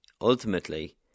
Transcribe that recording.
ultimately